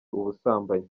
ubusambanyi